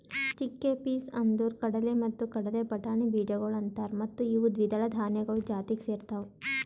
chickpeas ಅಂದುರ್ ಕಡಲೆ ಮತ್ತ ಕಡಲೆ ಬಟಾಣಿ ಬೀಜಗೊಳ್ ಅಂತಾರ್ ಮತ್ತ ಇವು ದ್ವಿದಳ ಧಾನ್ಯಗಳು ಜಾತಿಗ್ ಸೇರ್ತಾವ್